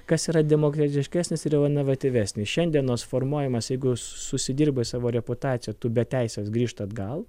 kas yra demokratiškesnis ir inovatyvesnis šiandienos formuojamas jeigu susidirbai savo reputaciją tų bei teisės grįžt atgal